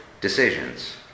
decisions